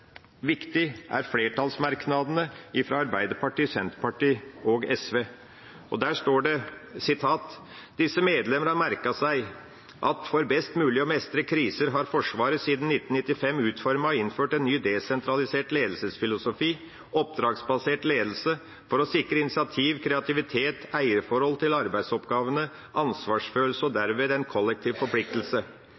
viktig, er flertallsmerknadene fra Arbeiderpartiet, Senterpartiet og SV, og der står det: «Disse medlemmer har merket seg at for best mulig å mestre kriser har Forsvaret siden 1995 utformet og innført en ny, desentralisert ledelsesfilosofi; «Oppdragsbasert ledelse», for å sikre initiativ, kreativitet, eierforhold til arbeidsoppgavene, ansvarsfølelse og